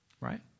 Right